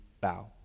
bow